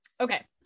Okay